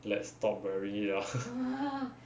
let's stop wearing it lah